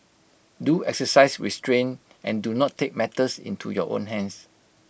do exercise restraint and do not take matters into your own hands